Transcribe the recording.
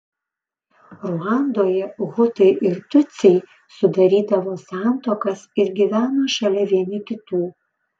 ruandoje hutai ir tutsiai sudarydavo santuokas ir gyveno šalia vieni kitų